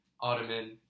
Ottoman